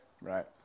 Right